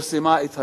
פרסמה את הדוח,